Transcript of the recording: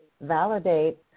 validate